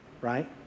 right